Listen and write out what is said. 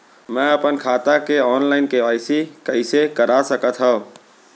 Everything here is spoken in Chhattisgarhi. मैं अपन खाता के ऑनलाइन के.वाई.सी कइसे करा सकत हव?